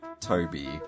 Toby